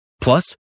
Plus